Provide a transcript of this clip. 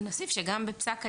נוסיף שבפסק הדין,